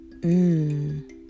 mmm